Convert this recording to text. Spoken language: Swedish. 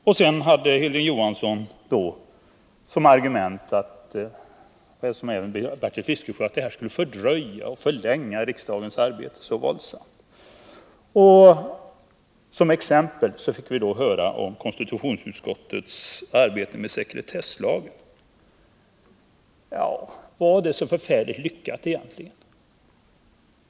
Som argument anförde Hilding Johansson liksom Bertil Fiskesjö att offentliga utskottsutfrågningar skulle våldsamt fördröja och förlänga riksdagens arbete. Som exempel nämndes konstitutionsutskottets arbete med sekretesslagen. Men var det exemplet så förfärligt lyckat egentligen?